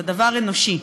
הוא דבר אנושי.